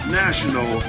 national